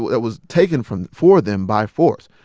that was taken from for them by force.